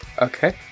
Okay